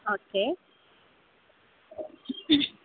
okay